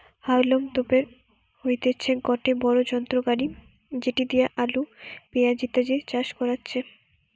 হাউলম তোপের হইতেছে গটে বড়ো যন্ত্র গাড়ি যেটি দিয়া আলু, পেঁয়াজ ইত্যাদি চাষ করাচ্ছে